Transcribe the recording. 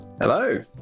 Hello